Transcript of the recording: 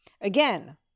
Again